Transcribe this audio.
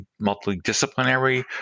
multidisciplinary